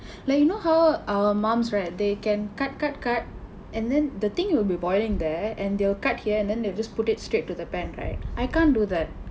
like you know how our mums right they can cut cut cut and then the thing will be boiling there and they'll cut here and then they just put it straight into the pan right I can't do that